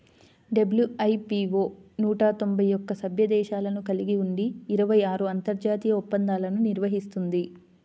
WIPO నూట తొంభై ఒక్క సభ్య దేశాలను కలిగి ఉండి ఇరవై ఆరు అంతర్జాతీయ ఒప్పందాలను నిర్వహిస్తుంది